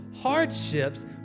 hardships